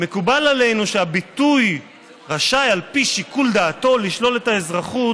מקובל עלינו שהביטוי "רשאי על פי שיקול דעתו לשלול את האזרחות"